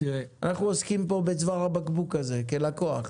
אנחנו עוסקים פה בצוואר הבקבוק הזה כלקוח.